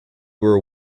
were